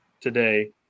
today